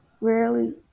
rarely